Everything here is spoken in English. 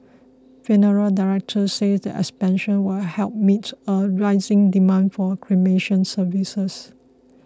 funeral directors said the expansion will help meet a rising demand for cremation services